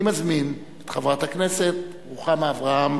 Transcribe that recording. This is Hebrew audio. אני מזמין את חברת הכנסת רוחמה אברהם